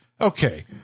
okay